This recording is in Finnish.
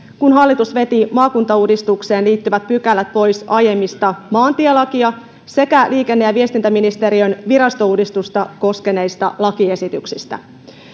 kun hallitus veti maakuntauudistukseen liittyvät pykälät pois aiemmista maantielakia sekä liikenne ja viestintäministeriön virastouudistusta koskeneista lakiesityksistä